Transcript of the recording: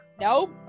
Nope